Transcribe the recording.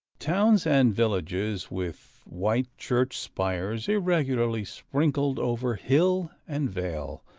towns and villages, with white church-spires, irregularly sprinkled over hill and vale,